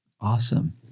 Awesome